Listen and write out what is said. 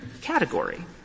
category